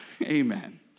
Amen